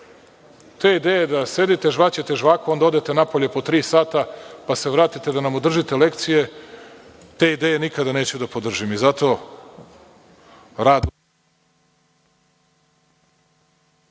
Te ideje da sedite, žvaćete žvaku, onda odete napolje po tri sata pa se vratite da nam držite lekcije, te ideje nikada neću da podržim i zato